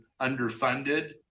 underfunded